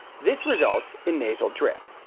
this results in nasal drip.